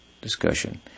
discussion